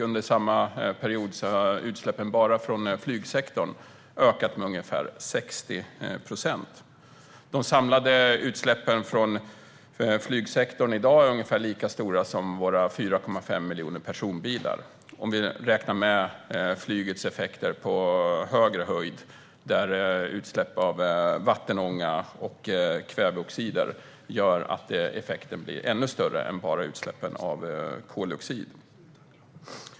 Under samma period har utsläppen bara från flygsektorn ökat med ungefär 60 procent. De samlade utsläppen från flygsektorn i dag är ungefär lika stora som utsläppen från våra 4,5 miljoner personbilar, om vi räknar med flygets effekter på högre höjd, där utsläpp av vattenånga och kväveoxider gör att effekten blir ännu större än bara med utsläppen av koldioxid.